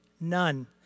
None